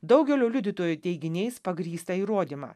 daugelio liudytojų teiginiais pagrįstą įrodymą